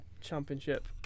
championship